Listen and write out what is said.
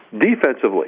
Defensively